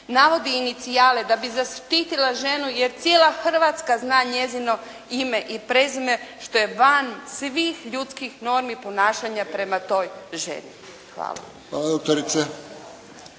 navodi inicijale da bi zaštitila ženu jer cijela Hrvatska zna njezino ime i prezime, što je van svih ljudskih normi ponašanja prema toj ženi. Hvala.